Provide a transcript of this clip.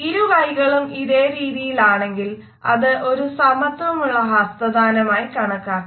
ഇരു കൈകളും ഇതേ രീതിയിൽ ആണെങ്കിൽ അത് ഒരു സമത്വമുള്ള ഹസ്തദാനമായി കണക്കാക്കുന്നു